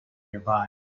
nearby